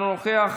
אינו נוכח,